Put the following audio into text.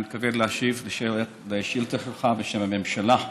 אני מתכבד להשיב על השאילתה שלך בשם הממשלה.